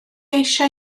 eisiau